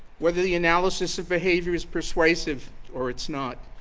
whether the analysis of behavior is persuasive or it's not.